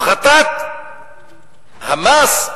הפחתת המס,